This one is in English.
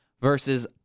versus